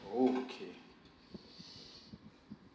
oh okay